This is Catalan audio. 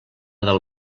del